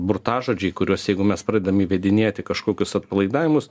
burtažodžiai kuriuos jeigu mes pradedam įvedinėt į kažkokius atpalaidavimus